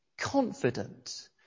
confident